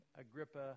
Agrippa